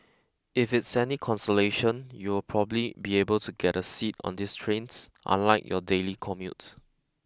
if it's any consolation you'll probably be able to get a seat on these trains unlike your daily commute